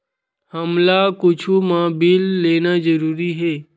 हमला कुछु मा बिल लेना जरूरी हे?